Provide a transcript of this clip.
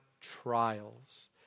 trials